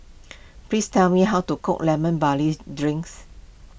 please tell me how to cook Lemon Barley Drinks